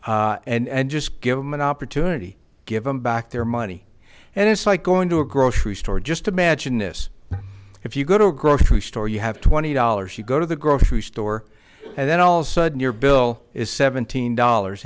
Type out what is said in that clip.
money and just give them an opportunity give them back their money and it's like going to a grocery store just imagine this if you go to a grocery store you have twenty dollars you go to the grocery store and then all sudden your bill is seventeen dollars